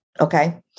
Okay